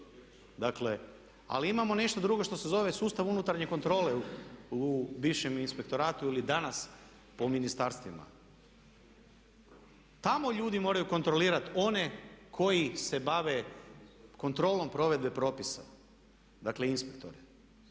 ali imamo nešto drugo što se zove sustav unutarnje kontrole u bivšem Inspektoratu ili danas po ministarstvima. Tamo ljudi moraju kontrolirati one koji se bave kontrolom provedbe propisa, dakle inspektore.